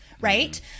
right